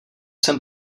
jsem